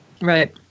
Right